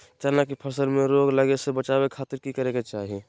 चना की फसल में रोग लगे से बचावे खातिर की करे के चाही?